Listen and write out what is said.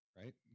right